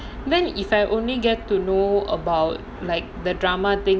then if I only get to know about like the drama thing